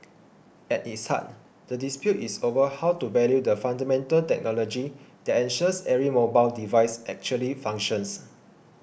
at its heart the dispute is over how to value the fundamental technology that ensures every mobile device actually functions